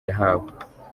yahawe